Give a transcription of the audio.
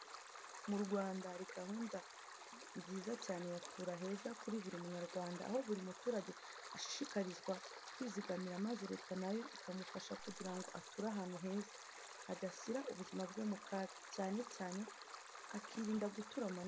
Mu Rwanda hari gahunda nziza cyane ya Tura Heza kuri buri Munyarwanda, aho buri muturage ashishikarizwa kwizigamira maze leta na yo ikamufasha kugira ngo ature ahantu heza, hadashyira ubuzima bwe mu kaga, cyane cyane akirinda gutura mu manegeka.